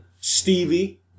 Stevie